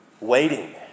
Waiting